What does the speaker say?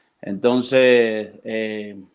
Entonces